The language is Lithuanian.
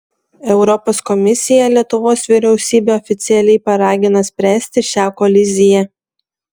europos komisija lietuvos vyriausybę oficialiai paragino spręsti šią koliziją